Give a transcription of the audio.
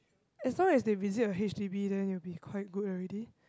as long as they visit a H_D_B then it will be quite good already